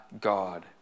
God